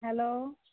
hello